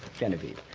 genevieve.